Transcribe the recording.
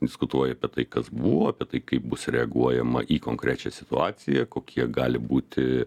diskutuoji apie tai kas buvo apie tai kaip bus reaguojama į konkrečią situaciją kokie gali būti